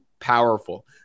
powerful